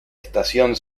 estación